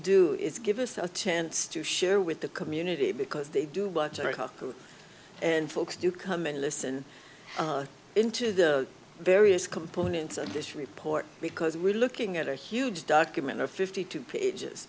do is give us a chance to share with the community because they do watch and folks do come and listen in to the various components of this report because we're looking at a huge document a fifty two pages